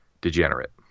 degenerate